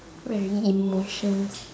very emotions